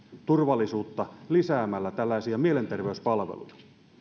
turvallisuutta lisäämällä tällaisia mielenterveyspalveluja